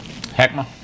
Heckma